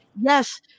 yes